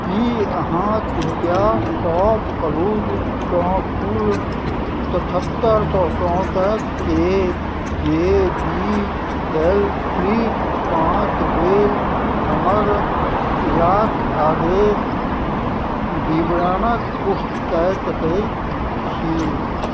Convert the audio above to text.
कि अहाँ कृपया शॉपक्लूजसँ कुल तेहत्तरि सओके जे बी एल फ्लिप पाँच लेल हमर इलाक आदेश विवरणके पुष्टि कै सकै छी